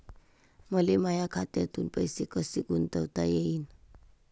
मले माया खात्यातून पैसे कसे गुंतवता येईन?